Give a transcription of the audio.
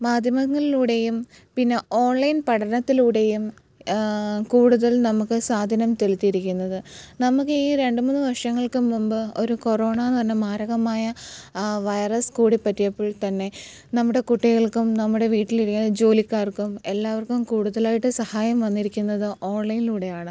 മാധ്യമങ്ങളിലൂടെയും പിന്നെ ഓൺലൈൻ പഠനത്തിലൂടെയും കൂടുതൽ നമുക്ക് സാധനം തുൽത്തീരിക്കുന്നത് നമുക്കീ രണ്ട് മൂന്ന് വർഷങ്ങൾക്ക് മുമ്പ് ഒരു കൊറോണാന്ന് പറഞ്ഞ മാരകമായ വയറസ് കൂടിപ്പറ്റിയപ്പോൾ തന്നെ നമ്മുടെ കുട്ടികൾക്കും നമ്മുടെ വീട്ടിലിരിക്കുന്ന ജോലിക്കാർക്കും എല്ലാവർക്കും കൂടുതലായിട്ട് സഹായം വന്നിരിക്കുന്നത് ഓൺലൈൻലൂടെയാണ്